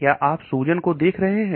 क्या आप सूजन को देख रहे हैं